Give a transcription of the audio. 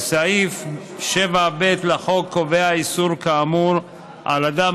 וסעיף 7ב לחוק קובע איסור כאמור על אדם